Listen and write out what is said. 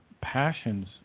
passions